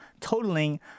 totaling